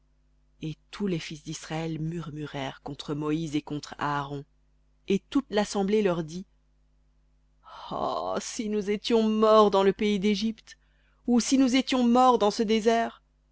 et tous les fils d'israël murmurèrent contre moïse et contre aaron et toute l'assemblée leur dit oh si nous étions morts dans le pays d'égypte ou si nous étions morts dans ce désert